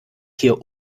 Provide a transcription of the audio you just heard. hier